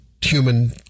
human